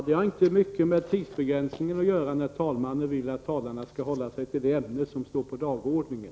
Det har inte mycket med tidsbegränsningen att göra, när talmannen vill att talarna skall hålla sig till det ämne som står på dagordningen.